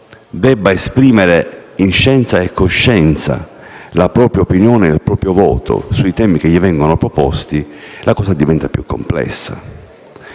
debba esprimere, in scienza e coscienza, la propria opinione e il proprio voto sui temi che gli vengono proposti, la cosa diventa più complessa.